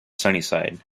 sunnyside